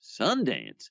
Sundance